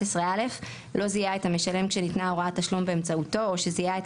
"(11א) לא זיהה את המשלם כשניתנה הוראת תשלום באמצעותו או שזיהה את